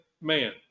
man